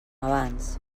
abans